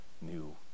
new